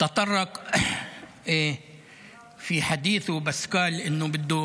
להלן תרגומם: אתמול שר האנרגיה אלי כהן עבר נושא בנאום